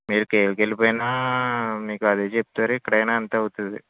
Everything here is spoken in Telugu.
మీరు కేర్కి వెళ్ళిపోయినా మీకు అదే చెప్తారు ఇక్కడైన అంతే అవుతుంది